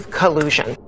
collusion